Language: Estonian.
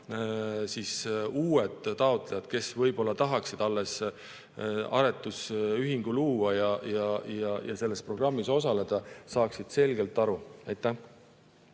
ka uued taotlejad, kes võib-olla tahaksid aretusühingu luua ja selles programmis osaleda, saaksid selgelt aru. Aitäh